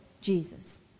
Jesus